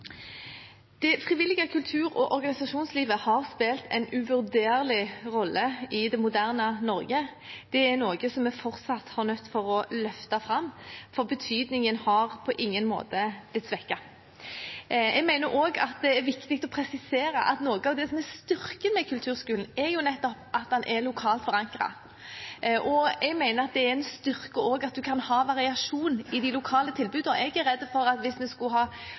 Det frivillige kultur- og organisasjonslivet har spilt en uvurderlig rolle i det moderne Norge. Det er noe som vi fortsatt er nødt til å løfte fram, for betydningen har på ingen måte blitt svekket. Jeg mener også det er viktig å presisere at noe av styrken med kulturskolen er at den er lokalt forankret, og at det er en styrke å ha variasjon i de lokale tilbudene. Jeg er redd for at